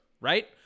right